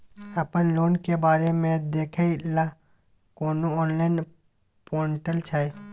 अपन लोन के बारे मे देखै लय कोनो ऑनलाइन र्पोटल छै?